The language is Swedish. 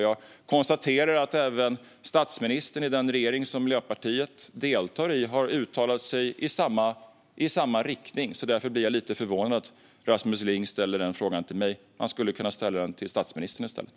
Jag konstaterar att även statsministern i den regering som Miljöpartiet deltar i har uttalat sig i samma riktning. Därför blir jag lite förvånad när Rasmus Ling ställer denna fråga till mig. Han skulle kunna ställa den till statsministern i stället.